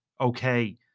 Okay